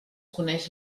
coneix